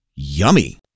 Yummy